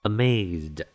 Amazed